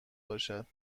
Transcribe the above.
باشد